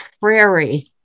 prairie